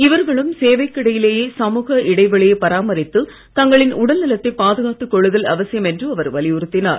இவர்களும் சேவைக்கு இடையிலேயே சமூக இடைவெளியை பராமரித்து தங்களின் உடல் நலத்தை பாதுகாத்து கொள்ளுதல் அவசியம் என்று அவர் வலியுறுத்தினார்